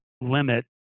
limit